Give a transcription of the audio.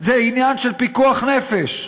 זה עניין של פיקוח נפש.